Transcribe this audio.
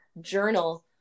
journal